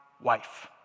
wife